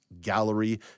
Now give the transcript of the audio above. gallery